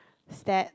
Stat